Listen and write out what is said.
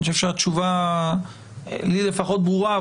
אני חושב שהתשובה לי לפחות ברורה,